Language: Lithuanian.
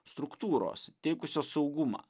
struktūros teikusios saugumą